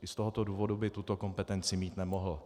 I z tohoto důvodu by tuto kompetenci mít nemohl.